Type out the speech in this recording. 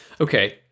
Okay